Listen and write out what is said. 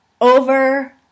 over